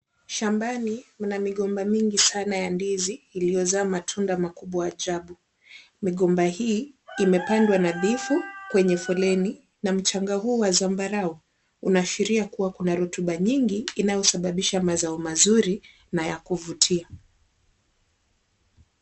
Shambani mna migomba mingi sana ya ndizi iliyozaa matunda makubwa ajabu. Migomba hii imepandwa nadhifu kwenye foleni na mchanga huu wa zambarau unaashiria kuwa kuna rutuba nyingi inayosababisha mazao mazuri na ya kuvutia.